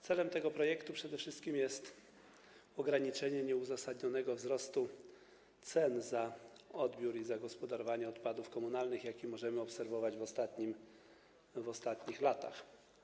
Celem tego projektu jest przede wszystkim ograniczenie nieuzasadnionego wzrostu cen za odbiór i zagospodarowanie odpadów komunalnych, jaki możemy obserwować w ostatnich latach.